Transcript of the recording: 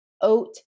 oat